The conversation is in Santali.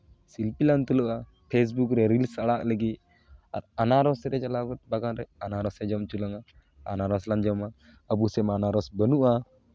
ᱥᱮᱞᱯᱷᱤ ᱞᱟᱝ ᱛᱩᱞᱟᱹᱜᱼᱟ ᱯᱷᱮ ᱥᱵᱩᱠ ᱨᱮ ᱨᱤᱞᱥ ᱟᱲᱟᱜ ᱞᱟᱹᱜᱤᱫ ᱟᱨ ᱟᱱᱟᱨᱚᱥ ᱨᱮ ᱪᱟᱞᱟᱣ ᱠᱟᱛᱮᱫ ᱵᱟᱜᱟᱱ ᱨᱮ ᱟᱱᱟᱨᱚᱥ ᱮ ᱡᱚᱢ ᱦᱚᱪᱚ ᱞᱟᱝᱼᱟ ᱟᱱᱟᱨᱚᱥ ᱞᱟᱝ ᱡᱚᱢᱼᱟ ᱟᱵᱚ ᱥᱮᱫ ᱢᱟ ᱟᱱᱟᱨᱚᱥ ᱵᱟᱹᱱᱩᱜᱼᱟ